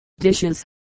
dishes